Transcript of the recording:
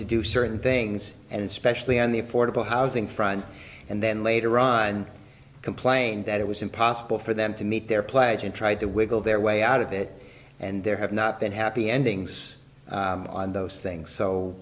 to do certain things and especially on the affordable housing front and then later on complain that it was impossible for them to meet their pledge and tried to wiggle their way out of it and there have not been happy endings on those things so